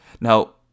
now